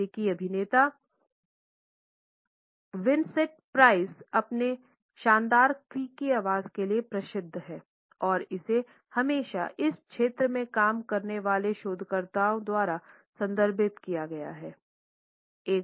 अमेरिकी अभिनेता Vincent Price अपने शानदार क्रीकी आवाज़ के लिए प्रसिद्ध है और इसे हमेशा इस क्षेत्र में काम करने वाले शोधकर्ताओं द्वारा संदर्भित किया गया है